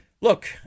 Look